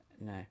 No